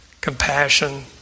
compassion